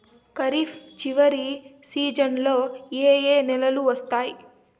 ఖరీఫ్ చివరి సీజన్లలో ఏ ఏ నెలలు వస్తాయి